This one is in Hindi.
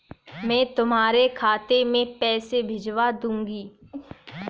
मैं तुम्हारे खाते में पैसे भिजवा दूँगी